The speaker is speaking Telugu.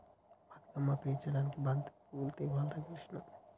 బతుకమ్మను పేర్చడానికి బంతిపూలు తేవాలి రా కిష్ణ